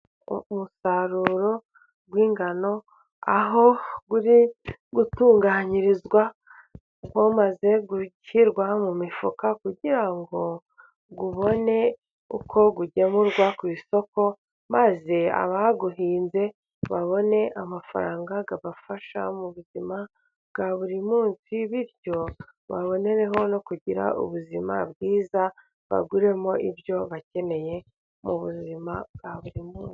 Umusaruro w'ingano aho uri gutunganyirizwa umaze gushyirwa mu mifuka kugira ngo ubone uko ugemurwa ku isoko, maze abawuhinze babone amafaranga abafasha mu buzima bwa buri munsi ,bityo babonereho no kugira ubuzima bwiza baguremo ibyo bakeneye mu buzima bwa buri munsi.